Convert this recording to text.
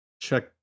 check